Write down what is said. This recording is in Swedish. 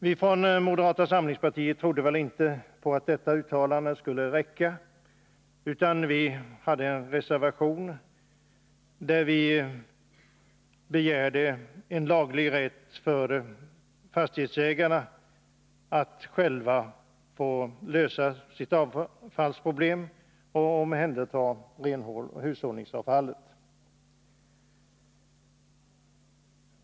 Vi från moderata samlingspartiet trodde inte att dessa uttalanden skulle räcka, utan vi begärde i en reservation en laglig rätt för fastighetsägarna att själva få lösa sitt avfallsproblem och omhänderta sitt hushållsavfall.